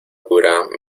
cura